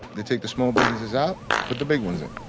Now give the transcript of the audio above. they take the small businesses out, put the big ones in.